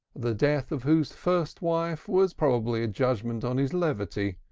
the death of whose first wife was probably a judgment on his levity,